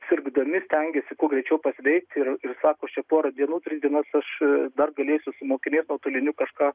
sirgdami stengiasi kuo greičiau pasveikti ir sako aš čia porą dienų tris dienas aš dar galėsiu su mokiniais nuotoliniu kažką